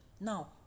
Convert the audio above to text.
now